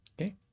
okay